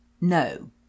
No